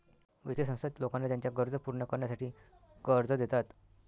वित्तीय संस्था लोकांना त्यांच्या गरजा पूर्ण करण्यासाठी कर्ज देतात